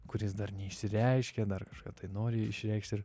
kuris dar neišsireiškė dar kažką tai nori išreikšt ir